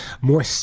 more